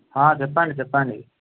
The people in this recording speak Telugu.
చెప్పండి చెప్పండి